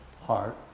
heart